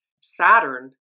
Saturn